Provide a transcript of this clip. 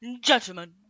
gentlemen